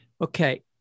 Okay